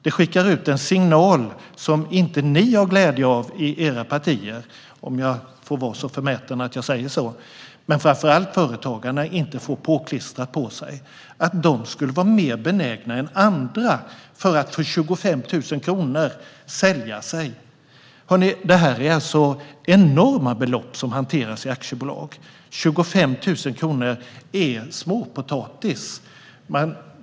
Det skickar ut en signal som inte ni har glädje av i era partier, om jag får vara så förmäten att jag säger så, och det är illa för företagarna att få påklistrat på sig att de skulle vara mer benägna än andra att sälja sig för 25 000 kronor. Det är enorma belopp som hanteras i aktiebolag. 25 000 kronor är småpotatis.